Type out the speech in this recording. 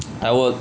I would